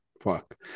fuck